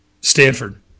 Stanford